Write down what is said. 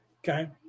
Okay